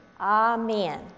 Amen